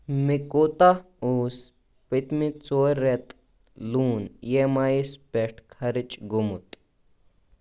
مےٚ کوتاہ اوس پٔتۍمہِ ژور رٮ۪تہٕ لون ای اٮ۪م آییَس پٮ۪ٹھ خرٕچ گوٚمُت